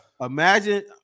Imagine